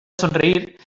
sonreír